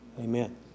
Amen